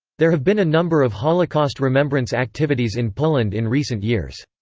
there have been a number of holocaust remembrance activities in poland in recent years.